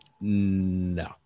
No